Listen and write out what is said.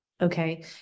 Okay